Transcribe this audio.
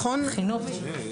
שלטון מקומי.